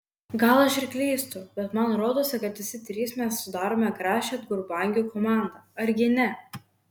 gal aš ir klystu bet man rodosi kad visi trys mes sudarome gražią atgrubnagių komandą argi ne